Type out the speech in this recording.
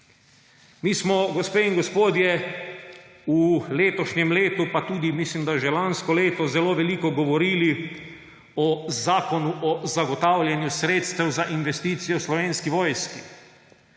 Mi smo, gospe in gospodje, v letošnjem letu, pa tudi mislim, da že lansko leto, zelo veliko govorili o Zakonu o zagotavljanju sredstev za investicije v Slovenski vojski.